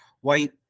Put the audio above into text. white